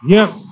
Yes